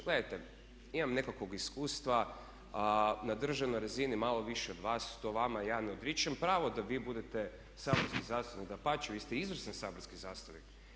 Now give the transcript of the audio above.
Gledajte, imam nekakvog iskustva, na državnoj razini malo više od vas, to vama ja ne odričem pravo da vi budete saborski zastupnik, dapače, vi ste izvrsni saborski zastupnik.